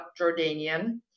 Jordanian